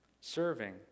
serving